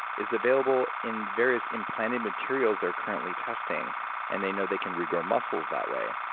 is available in various implanted materials they're currently testing and they know they can regrow muscles that way.